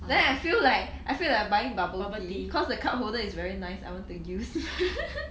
then I feel like I feel like buying bubble tea because the cup holder is very nice I want to use